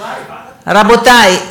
רבותי,